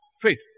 faith